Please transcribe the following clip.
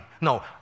no